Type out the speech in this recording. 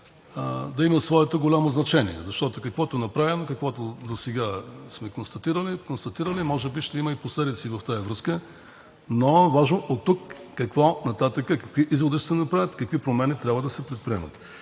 да има своето голямо значение, защото, каквото направим, каквото досега сме констатирали, може би ще има и последици в тази връзка, но важно е какво оттук нататък, какви изводи ще се направят, какви промени трябва да се предприемат.